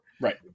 Right